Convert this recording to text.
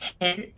hint